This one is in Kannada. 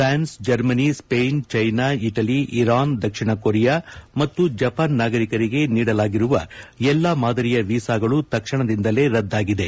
France Germany Spain China Italy Iran ದಕ್ಷಿಣ ಕೊರಿಯಾ ಮತ್ತು ಜಪಾನ್ ನಾಗರಿಕರಿಗೆ ನೀಡಲಾಗಿರುವ ಎಲ್ಲಾ ಮಾದರಿಯ ವಿಸಾಗಳು ತಕ್ಷಣದಿಂದಲೇ ರದ್ದಾಗಿದೆ